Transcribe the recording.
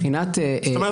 כלומר,